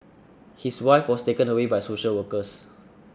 his wife was taken away by social workers